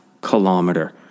kilometer